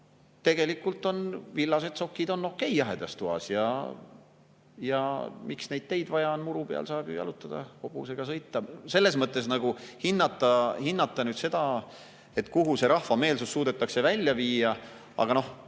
tegelikult on villased sokid okei jahedas toas ja miks neid teid vaja on, muru peal saab ju jalutada ja hobusega sõita. Selles mõttes nagu hinnata seda, kuhu see rahva meelsus suudetakse välja viia … Aga noh,